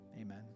Amen